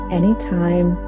anytime